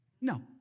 No